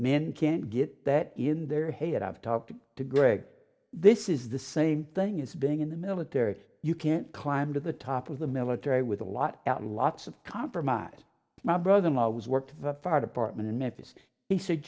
men can't get that in their head i've talked to greg this is the same thing as being in the military you can't climb to the top of the military with a lot out lots of compromise my brother in law has worked for the fire department in memphis he said